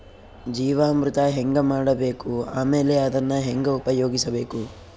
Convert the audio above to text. ಜೀವಾಮೃತ ಹೆಂಗ ಮಾಡಬೇಕು ಆಮೇಲೆ ಅದನ್ನ ಹೆಂಗ ಉಪಯೋಗಿಸಬೇಕು?